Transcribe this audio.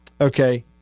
Okay